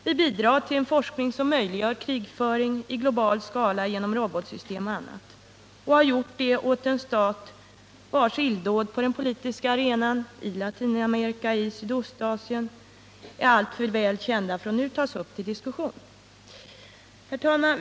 Vi bidrar till en forskning som möjliggör krigföring i global skala genom robotsystem och annat och har gjort det åt en stat vars illdåd på den politiska arenan i Latinamerika och i Sydostasien är alltför väl kända för att nu behöva tas upp till diskussion. Herr talman!